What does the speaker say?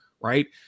Right